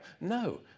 No